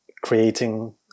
creating